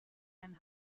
and